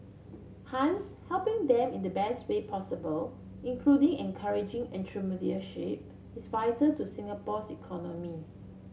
hence helping them in the best way possible including encouraging entrepreneurship is vital to Singapore's economy